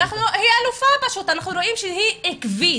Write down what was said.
אנחנו רואים שהיא עקבית.